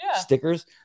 stickers